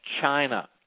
China